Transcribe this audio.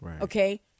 okay